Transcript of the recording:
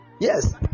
Yes